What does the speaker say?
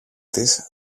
της